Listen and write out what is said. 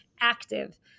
active